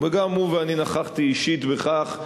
וגם אני נכחתי אישית בכך,